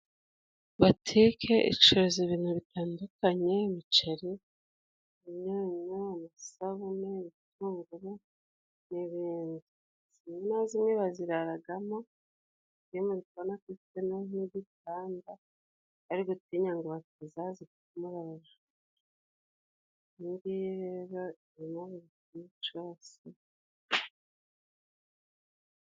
Butike icuruza ibintu bitandukanye imiceri, imyunyu, amasabune, ibitunguru n'ibindi. Zimwe na zimwe baziraragamo hano muri kubona ko bafitemo igitanda, bari gutinya ngo batazazipfumura abajura.